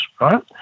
right